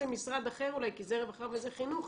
זה משרד אחר אולי כי זה רווחה וזה חינוך,